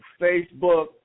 Facebook